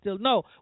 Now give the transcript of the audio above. No